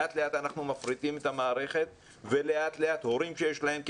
לאט לאט אנחנו מפריטים את המערכת ולאט לאט הורים שיש להם כסף,